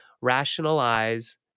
rationalize